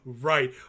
right